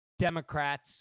Democrats